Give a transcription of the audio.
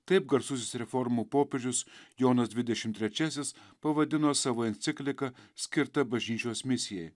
taip garsusis reformų popiežius jonas dvidešim trečiasis pavadino savo encikliką skirtą bažnyčios misijai